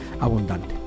abundante